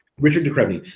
richard de crespigny,